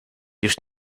już